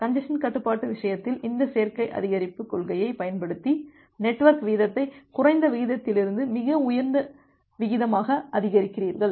congestion கட்டுப்பாட்டு விஷயத்தில் இந்த சேர்க்கை அதிகரிப்புக் கொள்கையைப் பயன்படுத்தி நெட்வொர்க் வீதத்தை குறைந்த விகிதத்திலிருந்து மிக உயர்ந்த விகிதமாக அதிகரிக்கிறீர்கள்